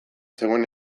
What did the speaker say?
zegoen